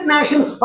Nations